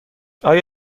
آیا